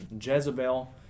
Jezebel